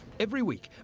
every week,